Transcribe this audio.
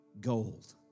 gold